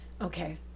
Okay